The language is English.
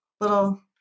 little